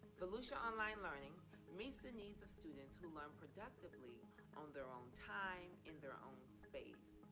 volusia online learning meets the needs of students who learn productively on their own time, in their own space.